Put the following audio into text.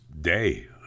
day